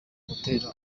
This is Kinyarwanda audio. gutera